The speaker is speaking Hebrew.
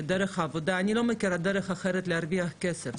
אני לא מכירה דרך אחרת להרוויח כסף,